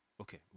Okay